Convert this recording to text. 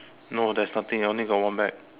no there's nothing I only got one bag